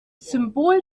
symbol